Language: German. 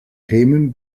themen